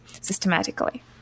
systematically